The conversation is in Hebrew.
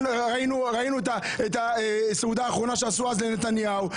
ראינו את הסעודה האחרונה שעשו אז לנתניהו,